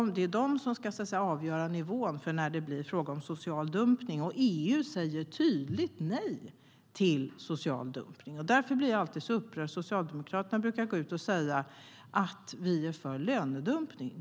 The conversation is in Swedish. Det är de som ska avgöra nivån för när det blir fråga om social dumpning.EU säger tydligt nej till social dumpning. Därför blir jag alltid upprörd när Socialdemokraterna säger att vi är för lönedumpning.